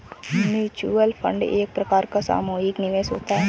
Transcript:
mutual fund एक प्रकार का सामुहिक निवेश होता है